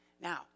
Now